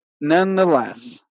Nonetheless